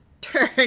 turn